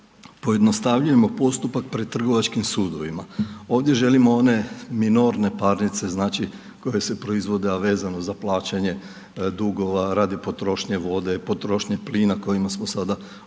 pojednostavljujemo postupak pred trgovačkim sudovima. Ovdje želimo one minorne parnice, znači koje se proizvode, a vezno za plaćanje dugova radi potrošnje vode, potrošnje plina, kojima smo sad opteretili